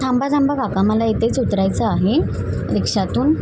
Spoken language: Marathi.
थांबा थांबा काका मला येथेच उतरायचं आहे रिक्षातून